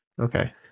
Okay